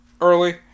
early